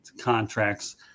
contracts